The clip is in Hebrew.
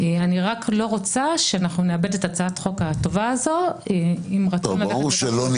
אני רק לא רוצה שנאבד את הצעת החוק הטובה הזאת עם רצון ללכת